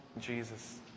Jesus